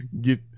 get